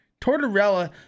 Tortorella